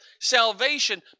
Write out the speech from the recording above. salvation